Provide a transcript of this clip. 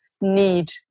need